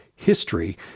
history